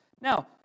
Now